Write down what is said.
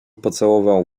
pocałował